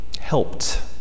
helped